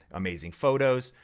amazing photos,